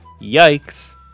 Yikes